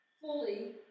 fully